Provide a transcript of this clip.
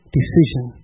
decision